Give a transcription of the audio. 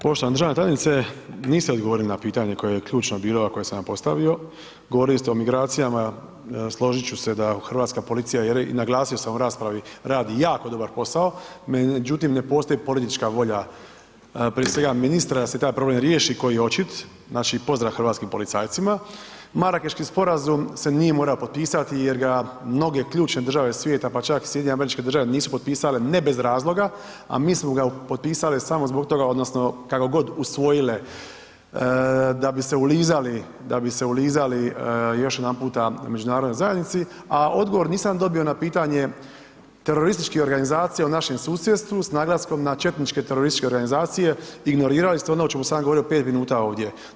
Poštovana državna tajnice, niste odgovorili na pitanje koje je ključno bilo a koje sam vam postavio, govorili ste o migracijama, složit ću se da hrvatska policija i naglasio u raspravi, radi jako dobar posao međutim ne postoji politička volja prije svega ministra da se taj problem riješi koji je očit, znači pozdrav hrvatskim policajcima, Marakeški sporazum se nije morao potpisati jer ga mnoge ključne države svijeta pa čak SAD nisu potpisale ne bez razloga a mi smo ga potpisali samo zbog toga odnosno kako god usvojile da bi se ulizali još jedanputa međunarodnoj zajednici a odgovor nisam dobio na pitanje terorističkih organizacija u našem susjedstvu s naglaskom na četničke terorističke organizacije, ignorirali ste ono o čemu sam ja govorio 5 minuta ovdje.